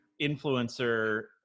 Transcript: influencer